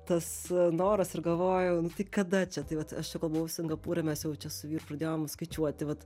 tas noras ir galvojau tai kada čia tai vat aš čia kol buvau singapūre mes jau čia su vyru pradėjom skaičiuoti vat